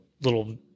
little